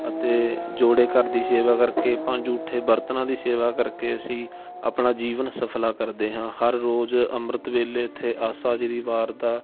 ਅਤੇ ਜੋੜੇ ਘਰ ਦੀ ਸੇਵਾ ਕਰਕੇ ਆਪਾਂ ਜੂਠੇ ਬਰਤਨਾਂ ਦੀ ਸੇਵਾ ਕਰਕੇ ਅਸੀਂ ਆਪਣਾ ਜੀਵਨ ਸਫਲਾ ਕਰਦੇ ਹਾਂ ਹਰ ਰੋਜ਼ ਅੰਮ੍ਰਿਤ ਵੇਲੇ ਇੱਥੇ ਆਸਾਂ ਜੀ ਦੀ ਵਾਰ ਦਾ